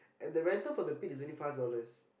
and the rental for the pit is only five dollars